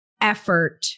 effort